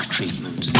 Treatment